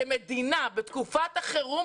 כמדינה בתקופת החירום,